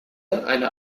einer